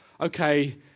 okay